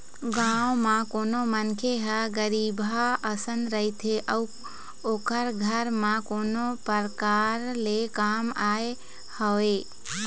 गाँव म कोनो मनखे ह गरीबहा असन रहिथे अउ ओखर घर म कोनो परकार ले काम आय हवय